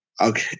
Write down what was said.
okay